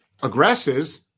aggresses